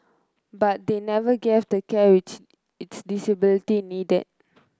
but they never gave the care which its disability needed